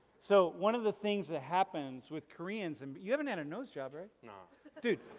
so one of the things that happens with koreans and you haven't had a nose job, right? nah. dude.